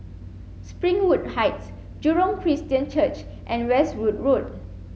Springwood Heights Jurong Christian Church and Westwood Road